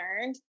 learned